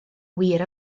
wir